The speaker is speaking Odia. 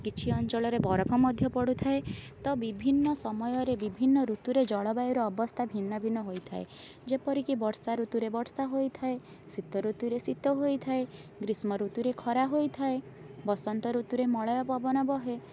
କିଛି ଅଞ୍ଚଳରେ ବରଫ ମଧ୍ୟ ପଡ଼ୁଥାଏ ତ ବିଭିନ୍ନ ସମୟରେ ବିଭିନ୍ନ ଋତୁରେ ଜଳବାୟୁର ଅବସ୍ଥା ଭିନ୍ନ ଭିନ୍ନ ହୋଇଥାଏ ଯେପରିକି ବର୍ଷା ଋତୁରେ ବର୍ଷା ହୋଇଥାଏ ଶୀତ ଋତୁରେ ଶୀତ ହୋଇଥାଏ ଗ୍ରୀଷ୍ମ ଋତୁରେ ଖରା ହୋଇଥାଏ ବସନ୍ତ ଋତୁରେ ମଳୟ ପବନ ବହେ